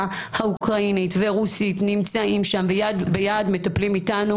האוקראינית והרוסית נמצאים שם ויד ביד מטפלים איתנו